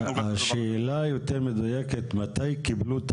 השאלה היותר מדויקת היא מתי קיבלו את